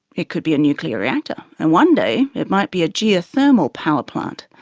it could be a nuclear reactor, and one day it might be a geothermal power plant.